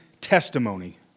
testimony